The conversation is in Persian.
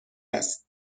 است